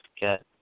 get